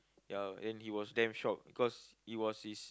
ya and he was damn shocked because he was his